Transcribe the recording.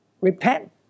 repent